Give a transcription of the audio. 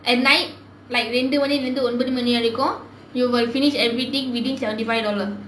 at night like when ரெண்டு மணிலே இருந்து ஒரு மணி வரைக்கும்:rendu manilae irunthu oru mani varaikkum you will finish everything within seventy five dollar